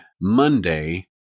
Monday